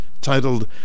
titled